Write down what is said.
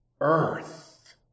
earth